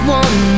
one